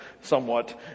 somewhat